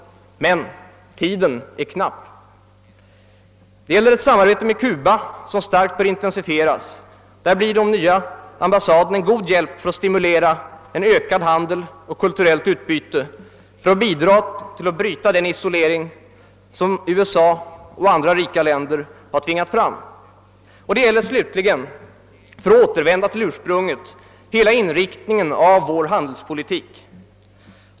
Men tiden är knapp. Det gäller samarbetet med Kuba som starkt bör intensifieras. Där blir den nya ambassaden en god hjälp för att stimulera till ökad handel och ökat kulturellt utbyte; på det sättet bidrar vi till att bryta den isolering som USA och andra rika länder har tvingat fram. Det gäller slutligen — för att återvända till ursprunget — hela inriktningen av vår handelspolitik.